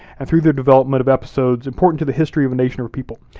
and through their development of episodes important to the history of a nation or people.